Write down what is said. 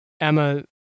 Emma